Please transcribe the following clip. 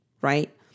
Right